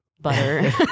butter